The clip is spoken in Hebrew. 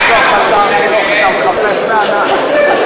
מה עם החרדים לכלא?